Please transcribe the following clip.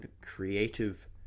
creative